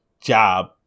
job